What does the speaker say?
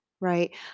Right